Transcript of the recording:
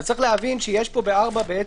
ב-4 יש